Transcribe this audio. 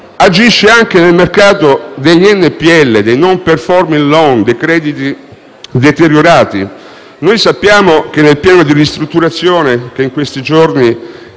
agisce anche nel mercato degli NPL, dei *non performing loan*, dei crediti deteriorati. Sappiamo che nel piano di ristrutturazione proposto dagli